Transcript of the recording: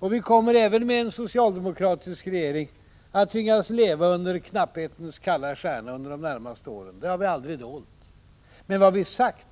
Och vi kommer, även med en socialdemokratisk regering, att tvingas leva under knapphetens kalla stjärna under de närmaste åren. Det har vi aldrig dolt. Men vad vi sagt